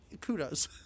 Kudos